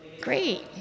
great